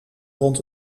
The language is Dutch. rond